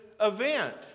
event